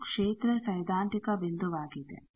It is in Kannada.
ಇದು ಕ್ಷೇತ್ರ ಸೈದ್ಧಾಂತಿಕ ಬಿಂದುವಾಗಿದೆ